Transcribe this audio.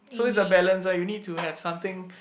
so is a balance lah you need to have something